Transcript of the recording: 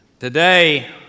Today